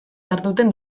jarduten